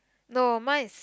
no mine is